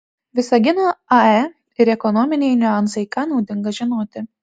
visagino ae ir ekonominiai niuansai ką naudinga žinoti